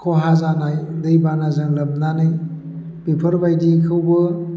खहा जानाय दैबानाजों लोबनानै बेफोर बायदिखौबो